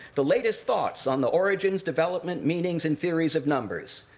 the latest thoughts on the origins, development, meanings, and theories of numbers.